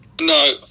No